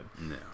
No